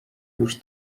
już